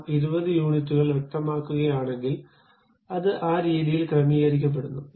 നാം 20 യൂണിറ്റുകൾ വ്യക്തമാക്കുകയാണെങ്കിൽ അത് ആ രീതിയിൽ ക്രമീകരിക്കപ്പെടുന്നു